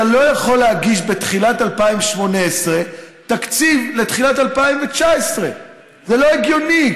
לא יכול להגיש בתחילת 2018 תקציב לתחילת 2019. זה לא הגיוני.